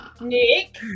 Nick